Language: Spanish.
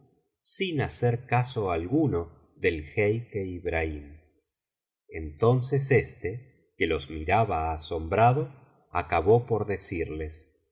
sin hacer caso alguno del jeique ibrahim entonces éste que los miraba asombrado acabó por decirles